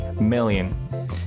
million